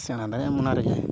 ᱥᱮᱬᱟ ᱫᱟᱲᱮᱭᱟᱜ ᱟᱢ ᱚᱱᱟᱨᱮᱜᱮ